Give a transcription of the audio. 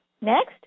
Next